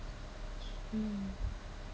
mmhmm